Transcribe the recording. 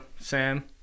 Sam